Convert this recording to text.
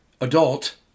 adult